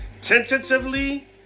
Tentatively